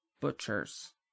Butchers